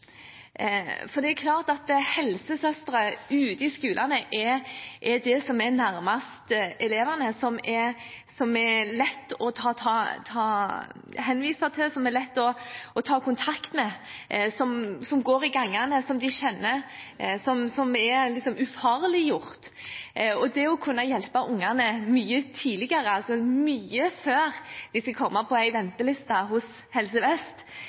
Helsesøstre ute i skolene er de som er nærmest elevene, de er lette å henvise til, lette å ta kontakt med, de går i gangene, elevene kjenner dem, og de er ufarliggjort. Det å kunne hjelpe ungene mye tidligere, altså lenge før de kommer på en venteliste hos Helse Vest,